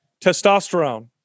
testosterone